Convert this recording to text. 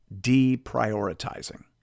deprioritizing